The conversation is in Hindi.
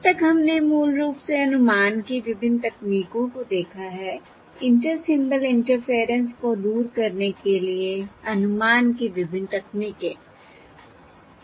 अब तक हमने मूल रूप से अनुमान की विभिन्न तकनीकों को देखा है इंटर सिंबल इंटरफेरेंस को दूर करने के लिए अनुमान की विभिन्न तकनीकें